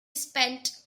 spent